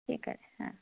ঠিক আছে হ্যাঁ